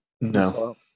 no